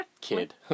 Kid